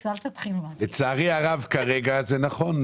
לצערי הרב כרגע זה נכון.